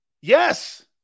yes